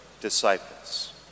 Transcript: disciples